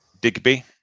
Digby